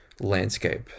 landscape